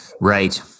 Right